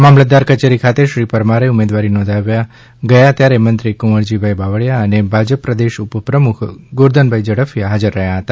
મામલતદાર કચેરી ખાતે શ્રી પરમારે ઉમેદવારી નોંધાવવા ગયા ત્યારે મંત્રી કુંવરજીભાઈ બાવળીયા અને ભાજપ પ્રદેશ ઊપપ્રમુખ ગોરધનભાઈ ઝડફિયા હાજર રહ્યા હતા